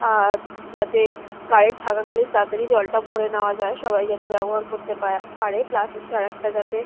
আর যাতে কারেন্ট থাকাকালীন তাড়াতড়ি জলটা ভরে নেওয়া যায় সবাই যাতে ব্যবহার করতে পারে প্লাস হচ্ছে আর একটা যাতে